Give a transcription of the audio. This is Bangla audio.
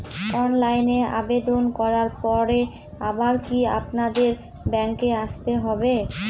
অনলাইনে আবেদন করার পরে আবার কি আপনাদের ব্যাঙ্কে আসতে হবে?